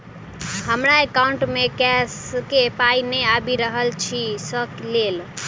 हमरा एकाउंट मे गैस केँ पाई नै आबि रहल छी सँ लेल?